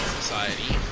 society